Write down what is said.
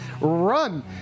run